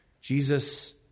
Jesus